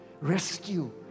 rescue